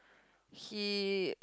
he